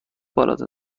بالاتر